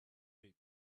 deep